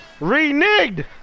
reneged